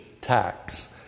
tax